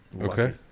Okay